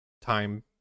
time